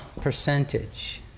percentage